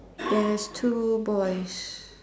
there's two boys